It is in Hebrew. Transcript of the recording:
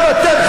גם אתם,